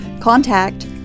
contact